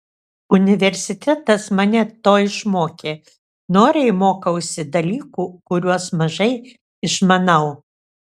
universitetas mane to išmokė noriai mokausi dalykų kuriuos mažai išmanau